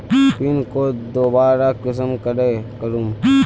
Pin code दोबारा कुंसम करे करूम?